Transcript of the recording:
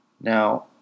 Now